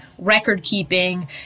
record-keeping